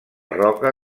roca